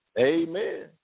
Amen